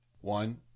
One